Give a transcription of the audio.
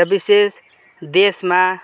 र विशेष देशमा